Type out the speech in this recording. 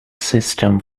system